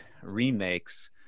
remakes